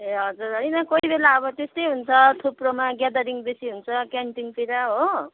ए हजुर होइन कोही बेला अब त्यस्तै हुन्छ थुप्रोमा गयादरिङ बेसी हुन्छ क्यान्टिनतिर हो